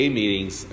meetings